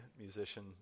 musician